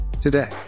today